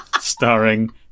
starring